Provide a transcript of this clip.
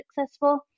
successful